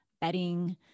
bedding